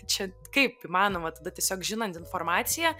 čia kaip įmanoma tada tiesiog žinant informaciją